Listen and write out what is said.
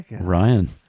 Ryan